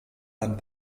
dann